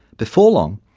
before long,